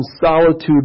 solitude